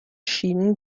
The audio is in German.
schienen